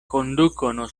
conducono